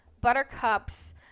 buttercups